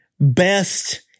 best